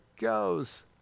goes